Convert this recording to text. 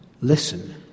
listen